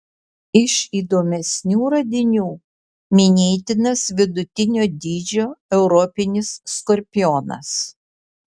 iš įdomesnių radinių minėtinas vidutinio dydžio europinis skorpionas